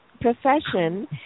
profession